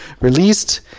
released